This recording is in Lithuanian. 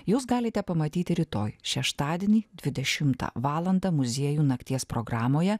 jūs galite pamatyti rytoj šeštadienį dvidešimtą valandą muziejų nakties programoje